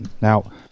now